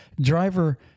Driver